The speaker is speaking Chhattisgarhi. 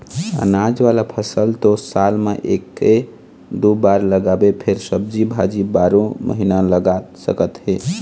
अनाज वाला फसल तो साल म एके दू बार लगाबे फेर सब्जी भाजी बारो महिना लगा सकत हे